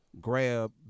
grab